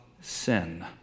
sin